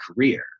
career